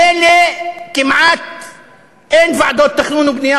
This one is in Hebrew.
מילא כמעט אין ועדות תכנון ובנייה,